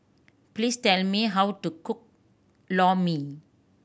please tell me how to cook Lor Mee